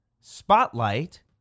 Spotlight